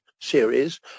series